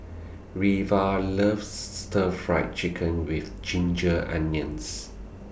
Reva loves Stir Fried Chicken with Ginger Onions